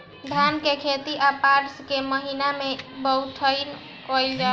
धान के खेती आषाढ़ के महीना में बइठुअनी कइल जाला?